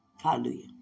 Hallelujah